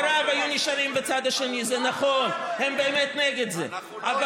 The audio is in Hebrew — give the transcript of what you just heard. הוא באמת שורש קיומנו כאן,